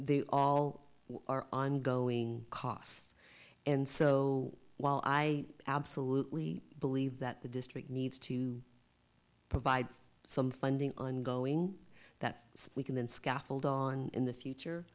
they all are ongoing costs and so while i absolutely believe that the district needs to provide some funding ongoing that we can then scaffold on in the future